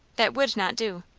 that would not do.